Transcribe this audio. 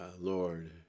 Lord